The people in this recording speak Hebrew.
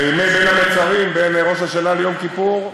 בימי בין המצרים, בין ראש השנה ליום כיפור,